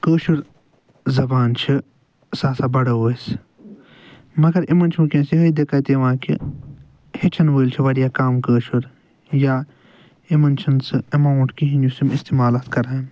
کٲشرۍ زبان چھِ سۄ ہسا بڑاوو أسۍ مگر یِمن چھِ وٕنکٮ۪س یہے دِکت یِوان کہ ہٮ۪چھن وٲلۍ چھِ واریاہ کم کٲشر یا یِمن چھُ نہِ سُہ ایماونٹ کہیٖنۍ یُس یِم استعمال اتھ کرہن